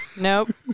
Nope